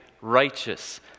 righteous